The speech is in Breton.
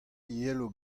yelo